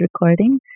recording